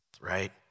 right